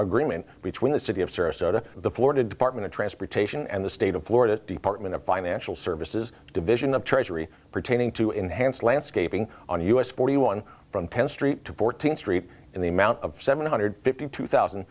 agreement between the city of sarasota the florida department of transportation and the state of florida department of financial services division of treasury pertaining to enhanced landscaping on us forty one from ten street to fourteenth street in the amount of seven hundred fifty two thousand